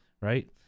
Right